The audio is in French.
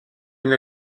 une